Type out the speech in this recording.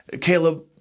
Caleb